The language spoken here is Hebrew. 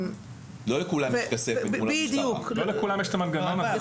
לא לכולם יש את המנגנון הזה.